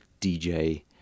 DJ